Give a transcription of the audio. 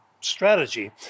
strategy